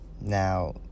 Now